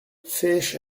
fish